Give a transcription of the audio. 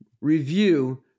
review